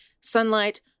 sunlight